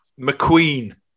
McQueen